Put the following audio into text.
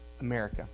America